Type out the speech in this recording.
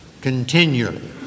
continually